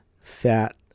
fat